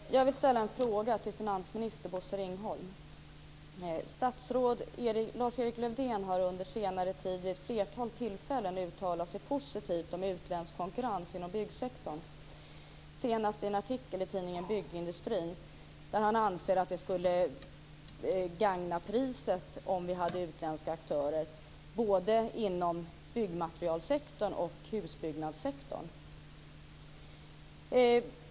Herr talman! Jag vill ställa en fråga till finansminister Bosse Ringholm. Statsrådet Lars-Erik Lövdén har under senare tid vid ett flertal tillfällen uttalat sig positivt om utländsk konkurrens inom byggsektorn, senast i en artikel i tidningen Byggindustrin. Där framgår det att han anser att det skulle gagna priset om vi hade utländska aktörer inom både byggmaterialsektorn och husbyggnadssektorn.